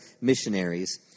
missionaries